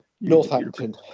Northampton